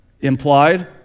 implied